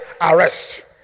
arrest